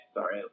Sorry